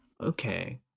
Okay